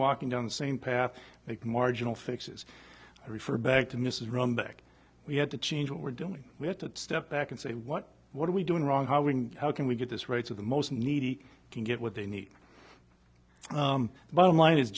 walking down the same path make marginal fixes i refer back to mrs rumbek we have to change what we're doing we have to step back and say what what are we doing wrong how we how can we get this right for the most needy can get what they need bottom line is